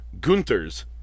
Gunther's